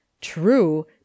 True